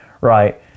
right